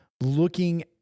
looking